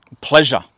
Pleasure